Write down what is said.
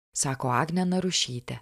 sako agnė narušytė